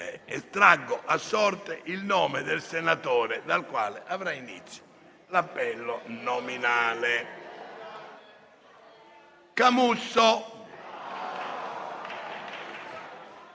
Estraggo ora a sorte il nome del senatore dal quale avrà inizio l'appello nominale. *(È